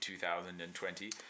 2020